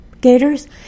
Gators